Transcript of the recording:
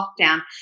lockdown